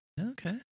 Okay